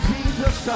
Jesus